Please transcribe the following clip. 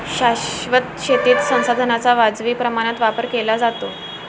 शाश्वत शेतीत संसाधनांचा वाजवी प्रमाणात वापर केला जातो